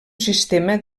sistema